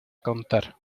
contar